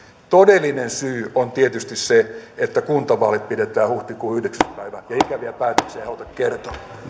todellinen syy on tietysti se että kuntavaalit pidetään huhtikuun yhdeksäs päivä ja ikäviä päätöksiä ei haluta kertoa